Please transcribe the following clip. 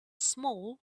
small